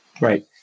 Right